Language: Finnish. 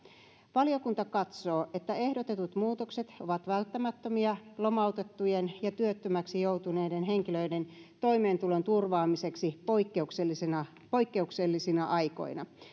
valiokunta katsoo että ehdotetut muutokset ovat välttämättömiä lomautettujen ja työttömäksi joutuneiden henkilöiden toimeentulon turvaamiseksi poikkeuksellisina poikkeuksellisina aikoina